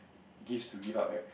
gifts to give out right